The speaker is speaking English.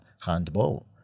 handball